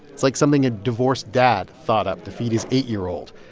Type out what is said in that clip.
it's like something a divorced dad thought up to feed his eight year old.